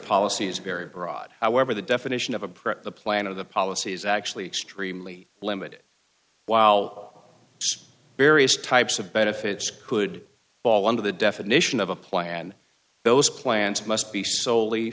policy is very broad however the definition of a prep the plan of the policies actually extremely limited while various types of benefits could fall under the definition of a plan those plans must be solely